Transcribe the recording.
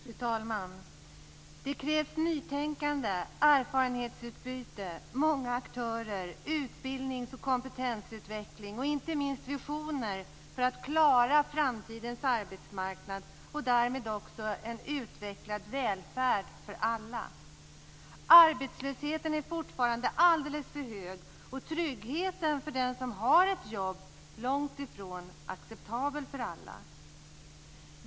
Fru talman! Det krävs nytänkande, erfarenhetsutbyte, många aktörer, utbildning, kompetensutveckling och inte minst visioner för att man skall klara av framtidens arbetsmarknad och därmed också få en utvecklad välfärd för alla. Arbetslösheten är fortfarande alldeles för hög, och tryggheten för dem som har ett jobb är långt ifrån acceptabel för alla.